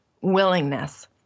willingness